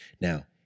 Now